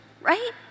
right